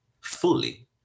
fully